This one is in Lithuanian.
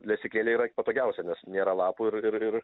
lesyklėlėj yra patogiausia nes nėra lapų ir ir ir